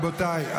רבותיי,